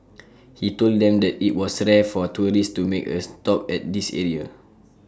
he told them that IT was Sara for tourists to make A stop at this area